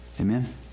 Amen